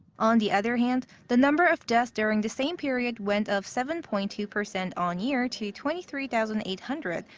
on the other hand, the number of deaths during the same period went up seven point two percent on-year to twenty three thousand eight hundred,